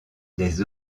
des